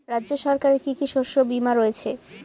রাজ্য সরকারের কি কি শস্য বিমা রয়েছে?